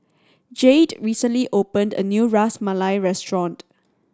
Jayde recently opened a new Ras Malai restaurant